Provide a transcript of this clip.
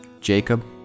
Jacob